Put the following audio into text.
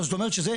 זאת אומרת שזה,